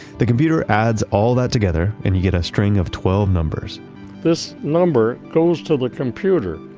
the computer adds all that together and you get a string of twelve numbers this number goes to the computer.